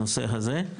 בנושא הזה.